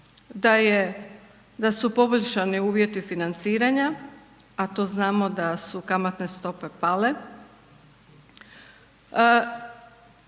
da su poboljšani uvjeti financiranja a to znamo da su kamatne stope pale.